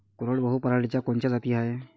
कोरडवाहू पराटीच्या कोनच्या जाती हाये?